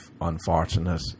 unfortunate